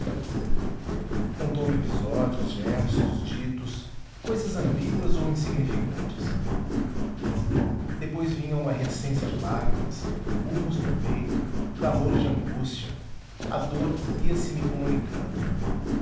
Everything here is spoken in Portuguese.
não contou-me episódios gestos ditos cousas ambíguas ou insignificantes depois vinha uma reticência de lágrimas murros no peito clamor de angústia a dor ia se me comunicando